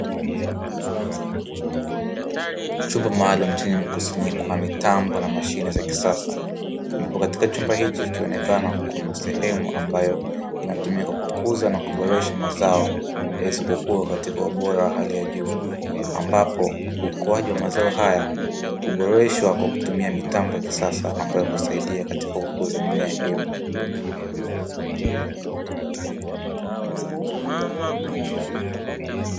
Chumba maalumu chenye mkusanyiko wa mitambo na mashine za kisasa, ambapo katika chumba hiki ikionekana kuna sehemu ambayo inatumika kukuza na kuboresha mazao, yaweze kukua katika ubora wa hali ya juu. Ambapo ukuaji wa mazao haya huboreshwa kwa kutumia mitambo ya kisasa ambayo husaidia katika kukuza mimea hiyo.